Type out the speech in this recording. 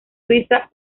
suiza